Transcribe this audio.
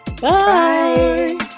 Bye